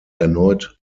erneut